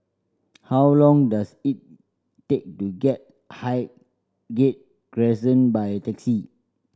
how long does it take to get Highgate Crescent by taxi